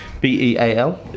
B-E-A-L